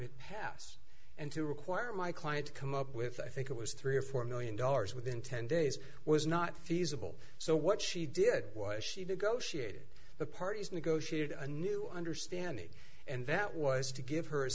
to pass and to require my client to come up with i think it was three or four million dollars within ten days was not feasible so what she did was she to go she did the parties negotiated a new understanding and that was to give her